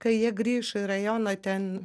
kai jie grįš į rajoną ten